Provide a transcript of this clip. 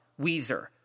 Weezer